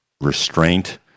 restraint